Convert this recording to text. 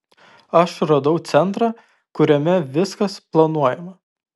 aš radau centrą kuriame viskas planuojama